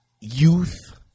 youth